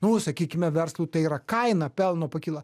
nu sakykime verslui tai yra kaina pelno pakyla